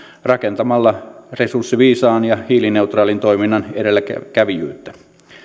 rakentamalla resurssiviisaan ja hiilineutraalin toiminnan edelläkävijyyttä